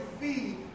feed